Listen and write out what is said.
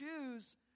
choose